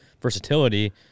versatility